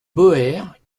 boeres